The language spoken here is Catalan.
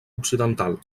occidental